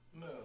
No